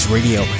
Radio